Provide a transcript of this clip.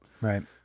Right